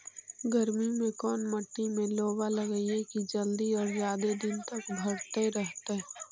गर्मी में कोन मट्टी में लोबा लगियै कि जल्दी और जादे दिन तक भरतै रहतै?